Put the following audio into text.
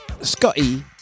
Scotty